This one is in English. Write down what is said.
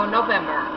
November